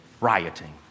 rioting